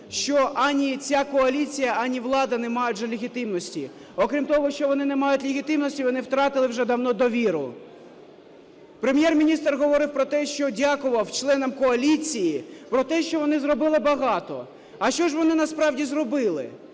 що ані ця коаліція, ані влада не мають вже легітимності. Окрім того, що вони не мають легітимності, вони втратили вже давно довіру. Прем'єр-міністр говорив про те, що... дякував членам коаліції про те, що вони зробили багато. А що ж вони насправді зробили?